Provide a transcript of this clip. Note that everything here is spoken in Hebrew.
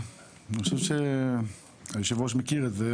אני חושב שהיו"ר מכיר את זה,